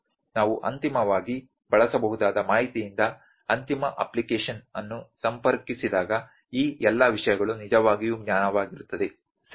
ನಾವು ಅಂತಿಮವಾಗಿ ಬಳಸಬಹುದಾದ ಮಾಹಿತಿಯಿಂದ ಅಂತಿಮ ಅಪ್ಲಿಕೇಶನ್ ಅನ್ನು ಸಂಪರ್ಕಿಸಿದಾಗ ಈ ಎಲ್ಲ ವಿಷಯಗಳು ನಿಜವಾಗಿಯೂ ಜ್ಞಾನವಾಗಿರುತ್ತದೆ ಸರಿ